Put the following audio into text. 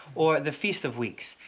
or the feast of weeks.